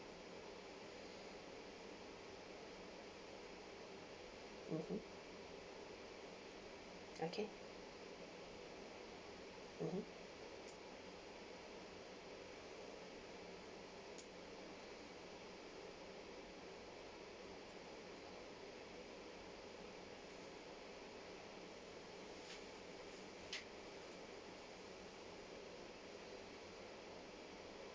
mmhmm okay mmhmm